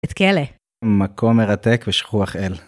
בית כלא. מקום מרתק ושכוח אל.